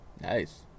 Nice